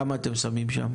כמה אתם שמים שם?